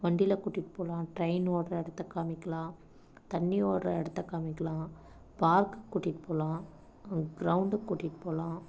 வண்டியில் கூட்டிகிட்டு போகலாம் ட்ரெயின் ஓடுற இடத்த காமிக்கலாம் தண்ணி ஓடுற இடத்த காமிக்கலாம் பார்க்குக்கு கூட்டிகிட்டு போகலாம் க்ரௌண்டுக்கு கூட்டிகிட்டு போகலாம்